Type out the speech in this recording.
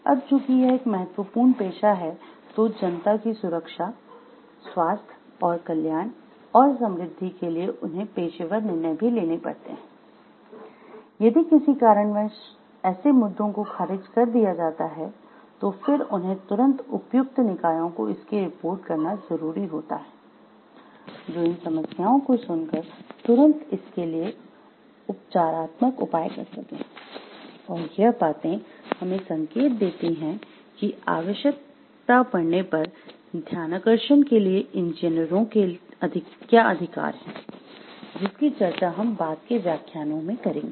अब चूँकि यह एक महत्वपूर्ण पेशा है तो जनता की सुरक्षा स्वास्थ्य और कल्याण और समृद्धि के लिए उन्हें पेशेवर निर्णय भी लेने पड़ते है यदि किसी कारणवश ऐसे मुद्दों को खारिज कर दिया जाता है तो फिर उन्हें तुरंत उपयुक्त निकायों को इसकी रिपोर्ट करना जरुरी होता है जो इन समस्याओ को सुन कर तुरंत इसके लिए उपचारात्मक उपाय कर सकें और यह बातें हमें संकेत देती है कि आवश्यक पड़ने पर ध्यानाकर्षण के लिए इंजीनियरों के क्या अधिकार हैं जिसकी चर्चा हम बाद के व्याख्यानों में करेंगे